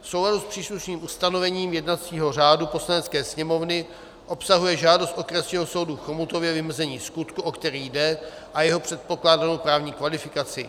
V souladu s příslušným ustanovením jednacího řádu Poslanecké sněmovny obsahuje žádost Okresního soudu v Chomutově vymezení skutku, o který jde, a jeho předpokládanou právní kvalifikaci.